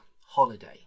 holiday